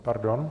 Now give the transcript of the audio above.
Pardon?